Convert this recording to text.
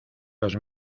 los